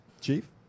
Chief